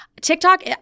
tiktok